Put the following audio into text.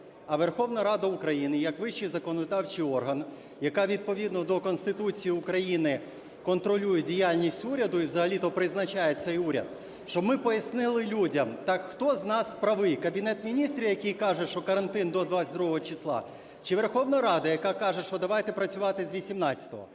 а Верховна Рада України як вищий законодавчій орган, яка відповідно до Конституції України контролює діяльність уряду і взагалі-то призначає цей уряд, щоб ми пояснили людям, так хто з нас правий: Кабінет Міністрів, який каже, що карантин до 22 числа, чи Верховна Рада, яка каже, що давайте працювати з 18-го?